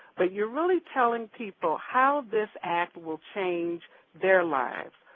but you're really telling people how this act will change their lives.